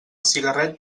cigarret